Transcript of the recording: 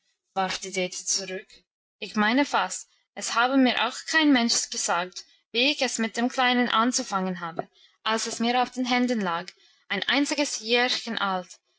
die dete zurück ich meine fast es habe mir auch kein mensch gesagt wie ich es mit dem kleinen anzufangen habe als es mir auf den händen lag ein einziges jährchen alt